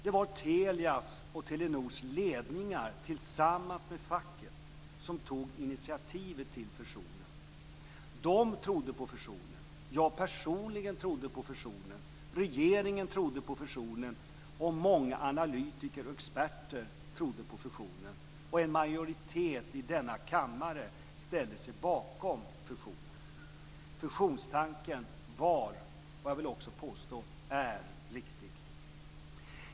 Det var Telias och Telenors ledningar tillsammans med facket som tog initiativet till fusionen. De trodde på fusionen. Jag personligen trodde på fusionen. Regeringen trodde på fusionen, och många analytiker och experter trodde på fusionen. En majoritet i denna kammare ställde sig bakom fusionen. Fusionstanken var, och jag vill också påstå är, riktig.